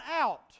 out